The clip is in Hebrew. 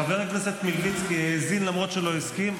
חבר הכנסת מלביצקי האזין למרות שלא הסכים.